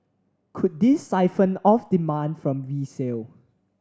could this siphon off demand from resale